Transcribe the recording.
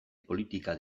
politika